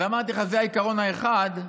אז אמרתי לך, זה העיקרון האחד,